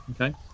Okay